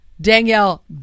danielle